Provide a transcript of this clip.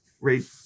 rate